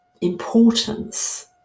importance